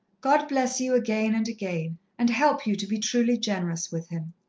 god bless you again and again, and help you to be truly generous with him.